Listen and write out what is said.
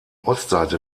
ostseite